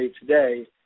Today